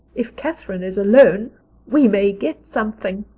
if catherine is alone we may get something,